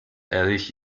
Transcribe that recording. ehrlich